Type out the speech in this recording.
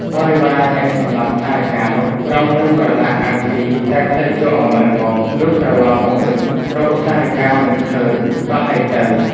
បរិវារអ្នកសម្លាប់សារិកានោះ ប្រុងនឹងប្រឡាក់ អាំងស៊ី តែភ្លេចយកអំបិលមក លុះត្រឡប់មកវិញ រកសារិកាមិនឃើញក៏ហីទៅ ។